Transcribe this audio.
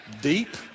Deep